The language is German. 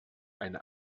eine